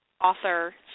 author